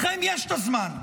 לכם יש את הזמן,